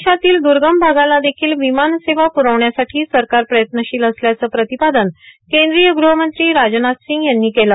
देशातील द्र्गम भागाला देखील विमान सेवा प्रवण्यासाठी सरकार प्रयत्नशील असल्याचं प्रतिपादन केंद्रीय ग़हमंत्री राजनाथ सिंग यांनी केलं